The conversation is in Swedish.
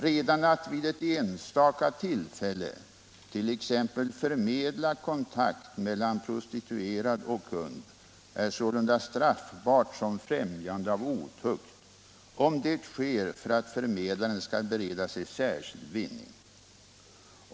Redan att vid ett enstaka tillfälle t.ex. förmedla kontakt mellan prostituerad och kund är sålunda straffbart som främjande av otukt, om det sker för att förmedlaren skall bereda sig särskild vinning.